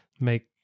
make